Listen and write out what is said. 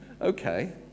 Okay